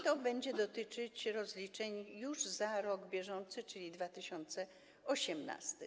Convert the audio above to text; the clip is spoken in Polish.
To będzie dotyczyć rozliczeń już za rok bieżący, czyli 2018.